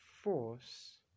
force